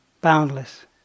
boundless